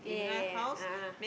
yeah yeah yeah yeah yeha